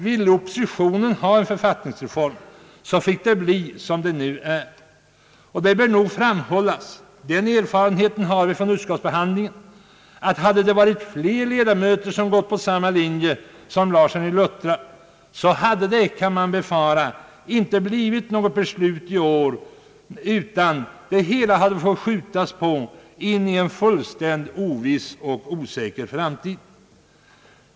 Ville oppositionen ha en författningsreform så fick man acceptera det aktuella förslaget. Det bör nog framhållas — den erfarenheten har vi från utskottsbehandlingen — att om flera ledamöter hade gått på samma linje som herr Larsson i Luttra kan man befara att inget beslut fattats i år, utan det hela hade fått uppskjutas in i en fullständigt oviss och osäker framtid.